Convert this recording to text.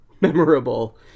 memorable